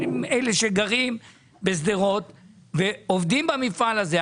אלה שגרים בשדרות ועובדים במפעל הזה.